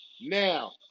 now